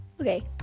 Okay